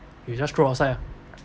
you just throw outside ah